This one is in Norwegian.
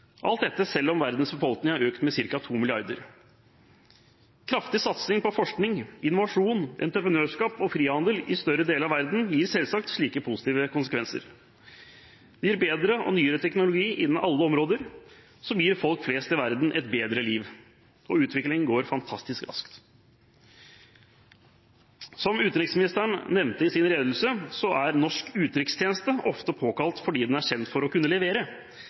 alt dette selv om verdens befolkning har økt med ca. 2 milliarder. En kraftig satsing på forskning, innovasjon, entreprenørskap og frihandel i større deler av verden gir selvsagt slike positive konsekvenser. Det gir bedre og nyere teknologi innen alle områder, noe som gir folk flest i verden et bedre liv, og utviklingen går fantastisk raskt. Som utenriksministeren nevnte i sin redegjørelse, er norsk utenrikstjeneste ofte påkalt fordi den er kjent for å kunne levere.